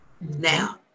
Now